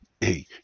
Hey